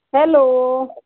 hello